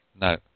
No